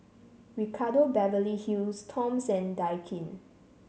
Ricardo Beverly Hills Toms and Daikin